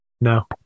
No